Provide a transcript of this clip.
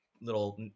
little